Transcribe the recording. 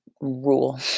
rule